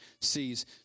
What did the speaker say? sees